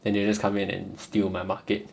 then they just come in and steal my market